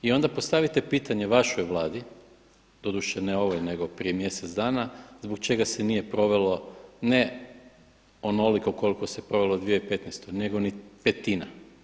I onda postavite pitanje vašoj Vladi doduše ne ovoj nego prije mjesec dana, zbog čega se nije provelo ne onoliko koliko se provelo 2015. nego ni petina.